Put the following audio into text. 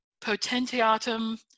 potentiatum